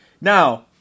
now